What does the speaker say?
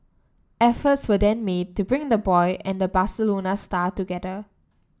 efforts were then made to bring the boy and the Barcelona star together